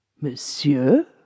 Monsieur